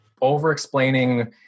over-explaining